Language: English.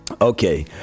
Okay